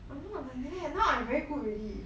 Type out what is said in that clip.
I'm not there now I very good already